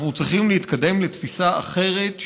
אנחנו צריכים להתקדם לתפיסה אחרת,